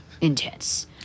intense